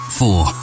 four